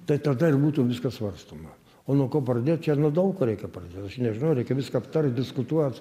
tai tada ir būtų viskas svarstoma o nuo ko pradėt čia nuo daug ko reikia pradėt aš nežinau reikia viską aptart diskutuot